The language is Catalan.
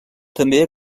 també